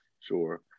Sure